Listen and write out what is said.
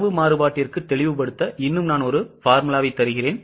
அளவு மாறுபாட்டிற்கு தெளிவுபடுத்த இன்னும் ஒரு சூத்திரத்தை தருகிறேன்